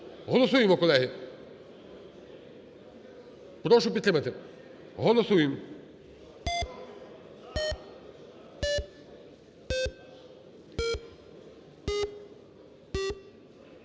Голосуємо, колеги. Прошу підтримати, голосуємо.